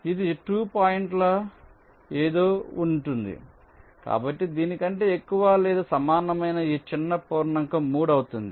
ఇది 2 పాయింట్ల ఏదో ఉంటుంది కాబట్టి దీని కంటే ఎక్కువ లేదా సమానమైన ఈ చిన్న పూర్ణాంకం 3 అవుతుంది